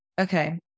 Okay